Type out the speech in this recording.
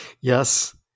Yes